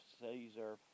Caesar